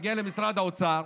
נגיע למשרד האוצר,